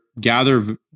gather